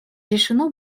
решено